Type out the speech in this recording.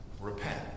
repent